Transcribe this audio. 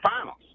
finals